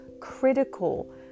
critical